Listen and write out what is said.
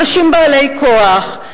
אנשים בעלי כוח,